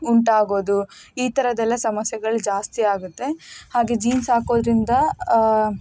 ಉಂಟಾಗೋದು ಈ ಥರದೆಲ್ಲ ಸಮಸ್ಯೆಗಳು ಜಾಸ್ತಿ ಆಗುತ್ತೆ ಹಾಗೆ ಜೀನ್ಸ್ ಹಾಕೋದ್ರಿಂದ